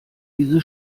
diese